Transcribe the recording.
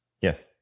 yes